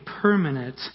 permanent